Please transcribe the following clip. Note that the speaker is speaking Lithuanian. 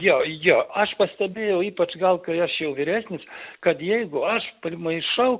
jo jo aš pastebėjau ypač gal kai aš jau vyresnis kad jeigu aš primaišau